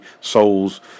souls